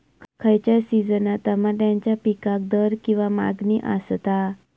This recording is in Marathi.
खयच्या सिजनात तमात्याच्या पीकाक दर किंवा मागणी आसता?